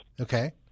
Okay